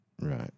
Right